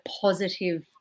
positive